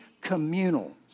communal